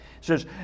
says